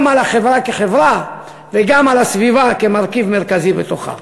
גם על החברה כחברה וגם על הסביבה כמרכיב מרכזי בתוכה.